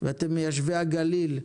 ואתם מיישבי הגליל,